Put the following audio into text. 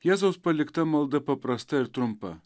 jėzaus palikta malda paprasta ir trumpa